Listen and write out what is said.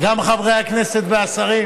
גם לחברי הכנסת והשרים,